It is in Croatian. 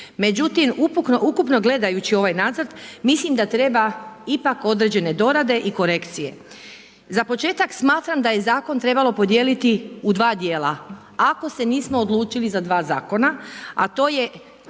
Međutim, ukupno gledajući ovaj nacrt, mislim da treba ipak određene dorade i korekcije. Za početak smatram da je zakon trebalo podijeliti u 2 dijela. Ako se nismo odlučili za dva zakona, a to je